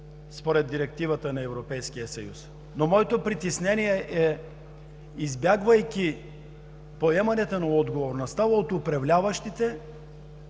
според директива на Европейския съюз, но моето притеснение е, избягвайки поемането на отговорност от управляващите,